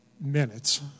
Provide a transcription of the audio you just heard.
minutes